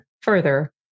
further